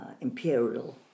Imperial